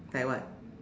like what